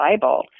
Bible